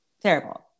Terrible